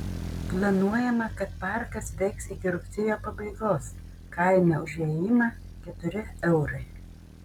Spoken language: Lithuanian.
planuojama kad parkas veiks iki rugsėjo pabaigos kaina už įėjimą keturi eurai